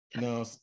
no